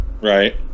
Right